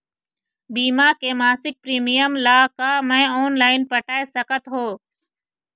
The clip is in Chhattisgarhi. बीमा के मासिक प्रीमियम ला का मैं ऑनलाइन पटाए सकत हो?